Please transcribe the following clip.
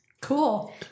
Cool